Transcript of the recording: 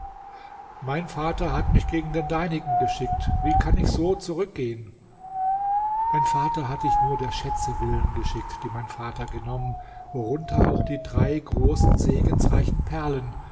mein vater hat mich gegen den deinigen geschickt wie kann ich so zurückgehen dein vater hat dich nur der schätze willen geschickt die mein vater genommen worunter auch die drei großen segensreichen perlen